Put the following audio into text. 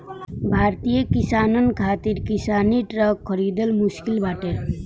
भारतीय किसानन खातिर किसानी ट्रक खरिदल मुश्किल बाटे